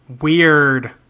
weird